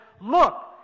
look